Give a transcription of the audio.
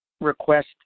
request